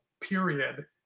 period